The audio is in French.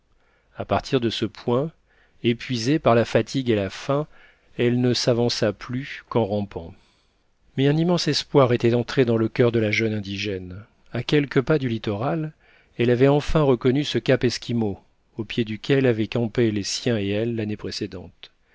à partir de ce point épuisée par la fatigue et la faim elle ne s'avança plus qu'en rampant mais un immense espoir était entré dans le coeur de la jeune indigène à quelques pas du littoral elle avait enfin reconnu ce cap esquimau au pied duquel avaient campé les siens et elle l'année précédente